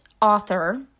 author